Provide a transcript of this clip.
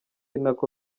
ninako